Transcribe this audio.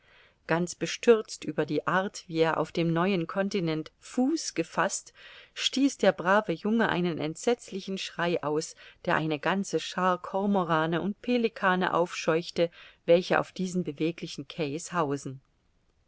ganz bestürzt über die art wie er auf dem neuen continent fuß gefaßt stieß der brave junge einen entsetzlichen schrei aus der eine ganze schar kormorane und pelikane aufscheuchte welche auf diesen beweglichen quais hausen